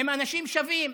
הם אנשים שווים.